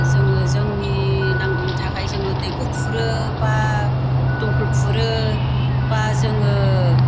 जोङो जोंनि नांगौनि थाखाय जोङो दैखर खुरो बा दंखल खुरो बा जोङो